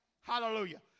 Hallelujah